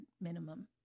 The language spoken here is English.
minimum